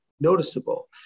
noticeable